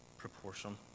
Proportion